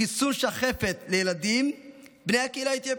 חיסון שחפת לילדים בני הקהילה האתיופית,